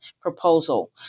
proposal